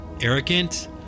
arrogant